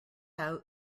out